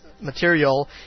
material